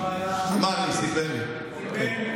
שאני היום פניתי לסמפכ"ל באיזושהי בעיה,